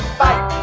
fight